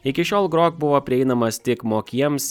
iki šiol grok buvo prieinamas tik mokiems